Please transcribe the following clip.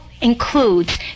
includes